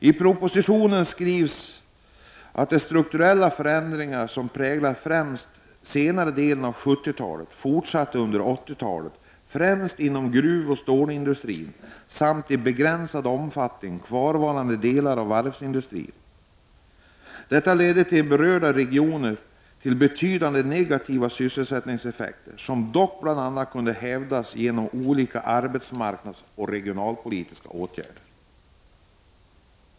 I propositionen skrivs att den strukturella förändring som präglade främst senare delen 1970-talet fortsatte under 1980-talet, främst inom gruvoch stålindustrin samt i begränsad omfattning inom kvarvarande delar av varvsindustrin. Man tillägger: Detta ledde i berörda regioner till betydande negativa sysselsättningseffekter, som dock bl.a. kunde hävas genom olika arbetsmarknadspolitiska och regionalpolitiska åtgärder.